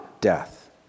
death